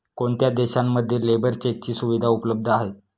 कोणत्या देशांमध्ये लेबर चेकची सुविधा उपलब्ध आहे?